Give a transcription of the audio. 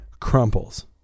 crumples